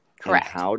Correct